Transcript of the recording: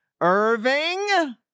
Irving